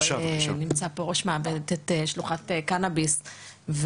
נמצא פה ראש מעבדת שלוחת קנאביס.